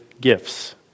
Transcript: gifts